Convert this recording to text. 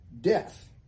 death